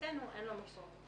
שלדעתנו אין לו משמעות.